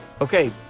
Okay